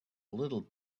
little